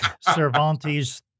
Cervantes